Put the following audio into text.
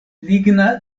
ligna